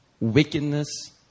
wickedness